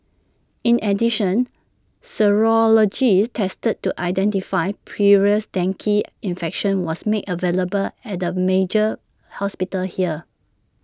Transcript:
in addition serology teste to identify previous dengue infection was made available at the major hospitals here